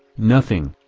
nothing.